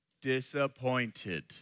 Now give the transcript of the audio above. Disappointed